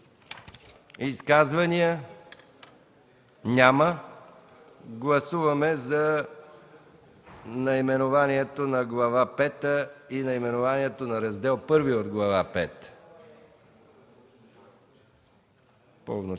Изказвания? Няма. Гласуваме за наименованието на Глава пета и наименованието на Раздел І от Глава пета по